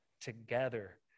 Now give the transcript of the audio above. together